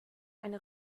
eine